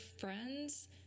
friends